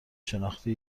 شناختی